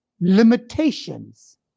limitations